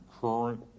current